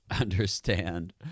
understand